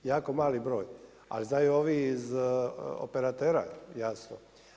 Jako mali broj, ali znaju ovi iz operatera, jasno.